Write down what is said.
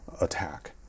attack